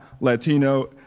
Latino